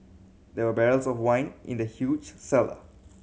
there barrels of wine in the huge cellar